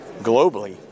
globally